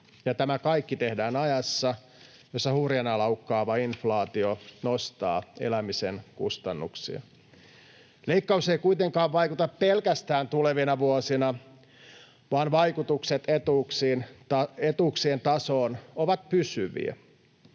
Tämä kaikki tehdään ajassa, jossa hurjana laukkaava inflaatio nostaa elämisen kustannuksia. Leikkaus ei kuitenkaan vaikuta pelkästään tulevina vuosina, vaan vaikutukset etuuksien tasoon ovat pysyviä.